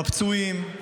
בפצועים,